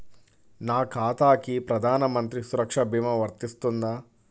నా ఖాతాకి ప్రధాన మంత్రి సురక్ష భీమా వర్తిస్తుందా?